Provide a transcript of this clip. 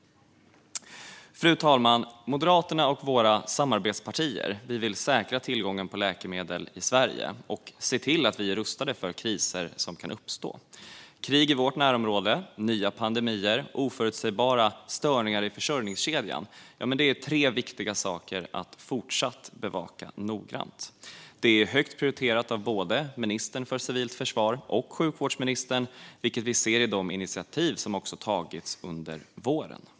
Fru talman! Moderaterna och våra samarbetspartier vill säkra tillgången på läkemedel i Sverige och se till att vi är rustade för kriser som kan uppstå. Krig i vårt närområde, nya pandemier och oförutsägbara störningar i försörjningskedjan är tre viktiga saker att fortsätta att bevaka noggrant. Det är högt prioriterat av både ministern för civilt försvar och sjukvårdsministern, vilket vi ser i de initiativ som också har tagits under våren.